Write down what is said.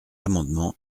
amendement